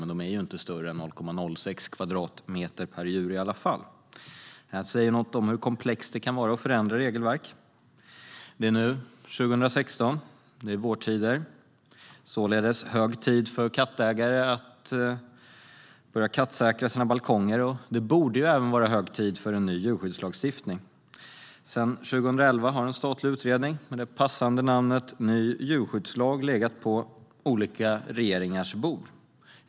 Men de är inte större än 0,06 kvadratmeter per djur i alla fall. Detta säger någonting om hur komplext det kan vara att förändra regelverk. Det är nu 2016 och vår. Det är således hög tid för kattägare att börja kattsäkra sina balkonger. Det borde även vara hög tid för en ny djurskyddslagstiftning. Sedan 2011 har en statlig utredning med det passande namnet Ny djurskyddslag legat på olika regeringars bord.